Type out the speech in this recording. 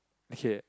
okay